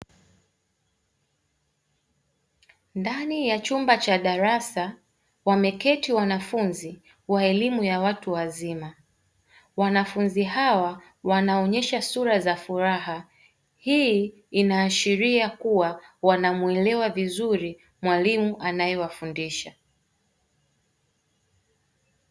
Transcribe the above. Ndani ya chumba cha darasa wameketi wanafunzi wa elimu ya watu wazima, wanafunzi hawa wanaonesha sura za furaha hii inaashiria kuwa wanamuelewa vizuri mwalimu anayewafundisha.